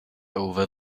over